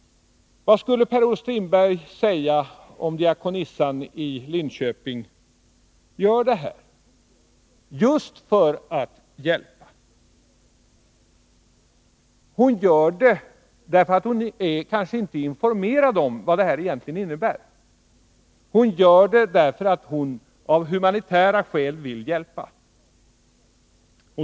Vad skulle Per-Olof Strindberg säga om diakonissan i Linköping gör detta just för att hjälpa? Hon gör det därför att hon kanske inte är informerad om vad det egentligen innebär, därför att hon av humanitära skäl vill hjälpa.